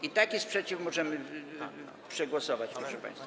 I taki sprzeciw możemy przegłosować, proszę państwa.